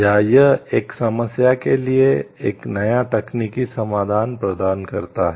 या यह एक समस्या के लिए एक नया तकनीकी समाधान प्रदान करता है